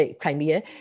Crimea